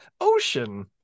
ocean